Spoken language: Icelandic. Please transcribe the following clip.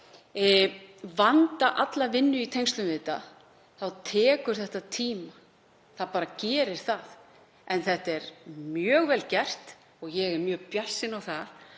vanda alla vinnu í tengslum við þetta tekur það tíma. Það gerir það bara. En þetta er mjög vel gert og ég er mjög bjartsýn á að